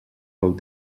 del